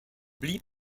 blieb